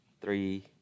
three